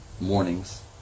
mornings